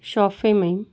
शॉफेमें